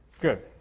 Good